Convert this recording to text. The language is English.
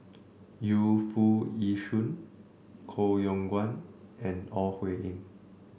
Yu Foo Yee Shoon Koh Yong Guan and Ore Huiying